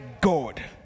God